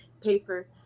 paper